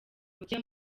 mujye